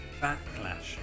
backlash